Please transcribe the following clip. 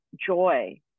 joy